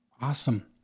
Awesome